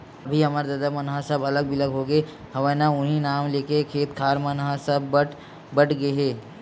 अभी हमर ददा मन ह सब अलग बिलग होगे हवय ना उहीं नांव लेके खेत खार मन ह सब बट बट गे हे